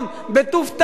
בטוב טעם,